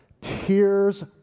tears